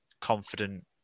confident